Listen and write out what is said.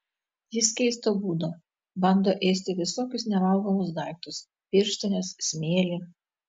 jis keisto būdo bando ėsti visokius nevalgomus daiktus pirštines smėlį